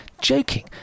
joking